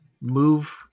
move